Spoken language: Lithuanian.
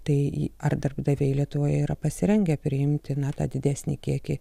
tai ar darbdaviai lietuvoje yra pasirengę priimti tą didesnį kiekį